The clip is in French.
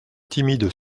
timides